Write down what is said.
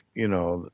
you know,